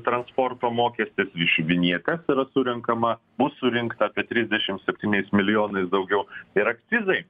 transporto mokestis iš vinjetės yra surenkama bus surinkta apie trisdešimt septyniais milijonais daugiau ir akcizai